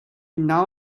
now